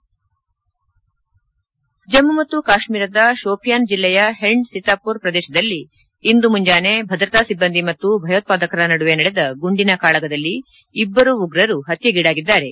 head Jammu ಮತ್ತು ಕಾಶ್ಮೀರದ ಶೋಫಿಯಾನ್ ಜಿಲ್ಲೆಯ ಹೆಂಡ್ ಸಿತಾಪೋರ್ ಪ್ರದೇಶದಲ್ಲಿ ಇಂದು ಮುಂಜಾನೆ ಭದ್ರತಾ ಸಿಬ್ಬಂದಿ ಮತ್ತು ಭಯೋತ್ಪಾದಕರ ನಡುವೆ ನಡೆದ ಗುಂಡಿನ ಕಾಳಗದಲ್ಲಿ ಇಬ್ಬರು ಉಗ್ರರು ಮೃತಪಟ್ಟದ್ದಾರೆ